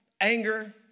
anger